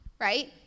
right